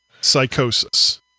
psychosis